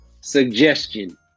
Suggestion